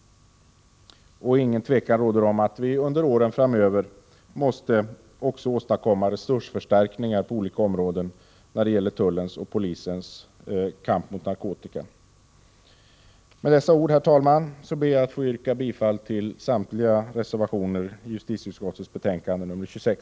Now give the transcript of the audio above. Ingen tvekan råder om att man åren framöver måste åstadkomma resursförstärkningar på olika områden när det gäller tullens och polisens insatser mot narkotikan. Herr talman! Med dessa ord yrkar jag bifall till samtliga reservationer i justitieutskottets betänkande 26.